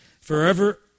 forever